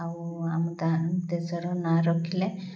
ଆଉ ଆମେ ତାହା ଦେଶର ନାଁ ରଖିଲେ